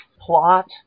plot